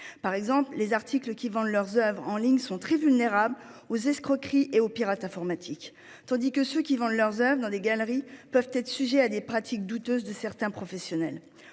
Ainsi, ceux qui vendent leurs oeuvres en ligne sont très vulnérables aux escroqueries et aux pirates informatiques, tandis que ceux qui vendent leurs oeuvres dans des galeries peuvent être sujets aux pratiques douteuses de certains professionnels.